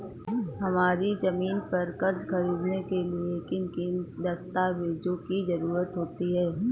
हमारी ज़मीन पर कर्ज ख़रीदने के लिए किन किन दस्तावेजों की जरूरत होती है?